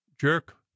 jerk